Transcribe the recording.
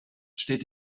steht